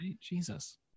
Jesus